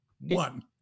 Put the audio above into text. One